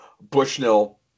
Bushnell